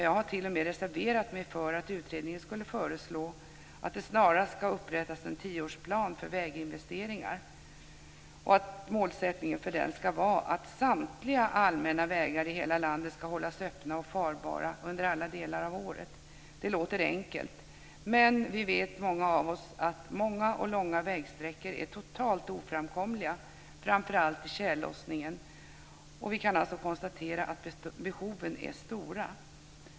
Jag har t.o.m. reserverat mig för att utredningen skulle föreslå "att det snarast upprättas en tioårsplan för väginvesteringar. Målsättningen för denna ska vara att samtliga allmänna vägar i hela landet ska hållas öppna och farbara under alla delar av året." Det låter enkelt, men många av oss vet att många och långa vägsträckor är totalt oframkomliga - framför allt i tjällossningen. Vi kan alltså konstatera att behoven är stora.